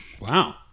Wow